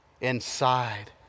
inside